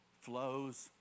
flows